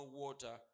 water